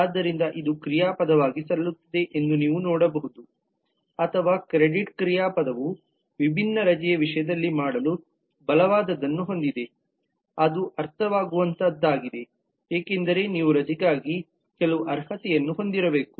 ಆದ್ದರಿಂದ ಇದು ಕ್ರಿಯಾಪದವಾಗಿ ಸಲ್ಲುತ್ತದೆ ಎಂದು ನೀವು ನೋಡಬಹುದು ಅಥವಾ ಕ್ರೆಡಿಟ್ ಕ್ರಿಯಾಪದವು ವಿಭಿನ್ನ ರಜೆಯ ವಿಷಯದಲ್ಲಿ ಮಾಡಲು ಬಲವಾದದ್ದನ್ನು ಹೊಂದಿದೆ ಅದು ಅರ್ಥವಾಗುವಂತಹದ್ದಾಗಿದೆ ಏಕೆಂದರೆ ನೀವು ರಜೆಗಾಗಿ ಕೆಲವು ಅರ್ಹತೆಯನ್ನು ಹೊಂದಿರಬೇಕು